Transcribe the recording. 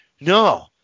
No